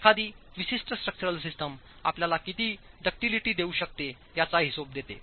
एखादी विशिष्ट structural system आपल्याला किती लहरीपणा देऊ शकते याचा हिशेब देते